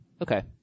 Okay